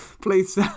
please